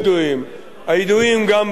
הידועים גם במונח